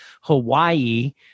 Hawaii